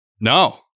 No